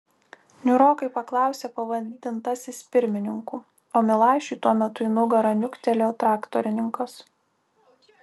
niūrokai paklausė pavadintasis pirmininku o milašiui tuo metu į nugarą niuktelėjo traktorininkas